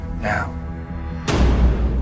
now